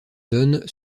donnent